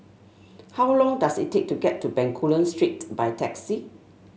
how long does it take to get to Bencoolen Street by taxi